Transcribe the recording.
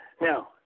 Now